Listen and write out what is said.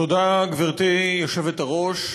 תודה, גברתי היושבת-ראש.